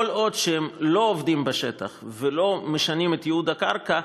כל עוד הם לא עובדים בשטח ולא משנים את ייעוד הקרקע,